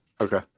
Okay